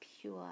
pure